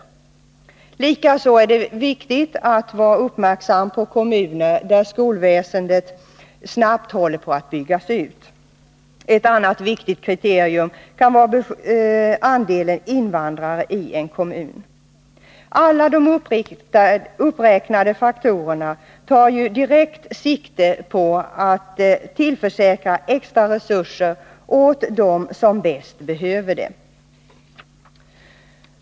Likaså är det viktigt att vara uppmärksam på kommuner där skolväsendet snabbt håller på att byggas ut. Ett annat viktigt kriterium för behov av särskilda åtgärder är andelen invandrare i en kommun. De uppräknade faktorerna tar ju direkt sikte på att tillförsäkra extra resurser åt dem som bäst behöver dem.